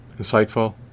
Insightful